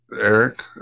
Eric